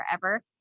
forever